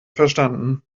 verstanden